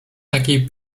takiej